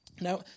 Now